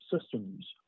systems